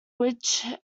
which